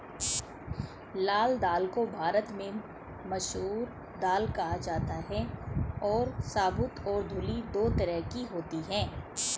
लाल दाल को भारत में मसूर दाल कहा जाता है और साबूत और धुली दो तरह की होती है